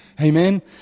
Amen